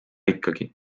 ikkagi